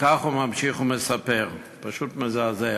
וכך הוא ממשיך ומספר, פשוט מזעזע,